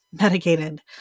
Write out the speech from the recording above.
medicated